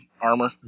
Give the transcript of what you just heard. armor